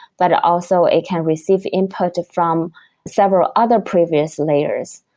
but also it can receive input from several other previous layers,